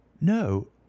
no